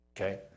Okay